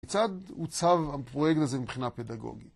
כיצד עוצב הפרויקט הזה, ‫מבחינה פדגוגית?